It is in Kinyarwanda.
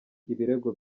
ibirego